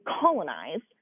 colonized